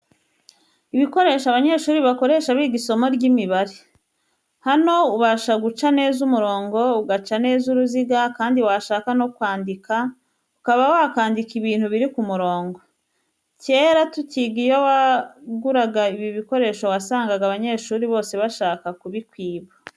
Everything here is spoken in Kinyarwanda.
Ibikoresho abanyeshuri bakoresha biga isomo ry'imibare. Hano ubasha guca neza umurongo, ugaca neza uruziga kandi washaka no kwandika ukaba wakandika ibintu biri ku murongo. Kera tukiga iyo waguraga ibi bikoresho wasangana abanyeshuri bose bashaka kubikwiba.